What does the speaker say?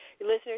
listeners